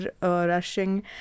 rushing